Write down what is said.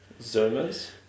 zoomers